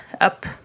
up